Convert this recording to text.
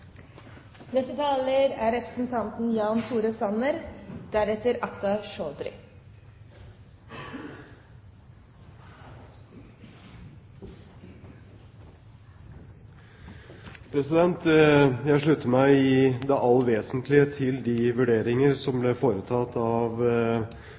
Jeg slutter meg i det alt vesentlige til de vurderinger som